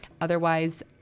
Otherwise